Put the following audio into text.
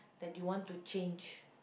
that you want to change